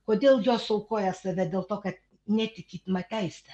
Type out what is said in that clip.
kodėl jos aukoja save dėl to kad netikima teise